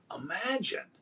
imagine